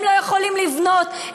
הם לא יכולים לבנות,